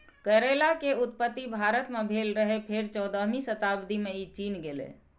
करैला के उत्पत्ति भारत मे भेल रहै, फेर चौदहवीं शताब्दी मे ई चीन गेलै